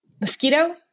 Mosquito